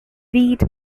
weed